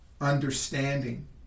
understanding